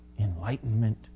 enlightenment